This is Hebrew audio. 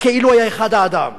כאילו היה אחד האדם,